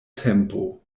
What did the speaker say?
tempo